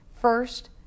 First